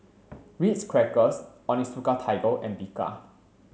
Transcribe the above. Ritz Crackers Onitsuka Tiger and Bika